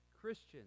christians